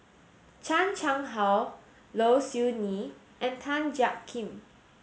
Chan Chang How Low Siew Nghee and Tan Jiak Kim